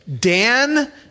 Dan